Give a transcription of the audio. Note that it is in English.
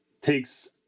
takes